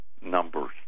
numbers